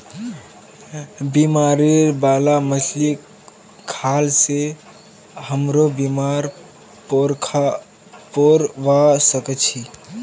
बीमारी बाला मछली खाल से हमरो बीमार पोरवा सके छि